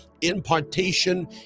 impartation